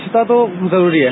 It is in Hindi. स्वच्छता तो जरूरी है